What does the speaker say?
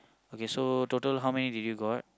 okay so total how many did you got